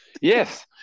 Yes